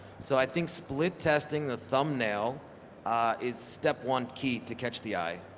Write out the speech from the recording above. so i think split testing the thumbnail is step one key to catch the eye.